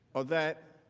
are that